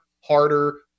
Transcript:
harder